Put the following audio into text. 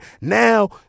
Now